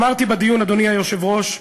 אמרתי בדיון, אדוני היושב-ראש: